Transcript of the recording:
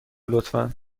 لطفا